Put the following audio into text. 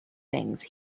things